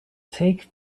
take